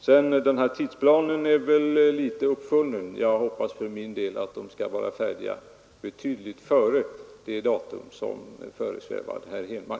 Den tidsplan som herr Henmark talade om är väl i viss mån teoretisk. Jag hoppas för min del att utredningen skall vara färdig betydligt före det datum som föresvävar herr Henmark.